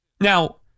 Now